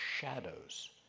shadows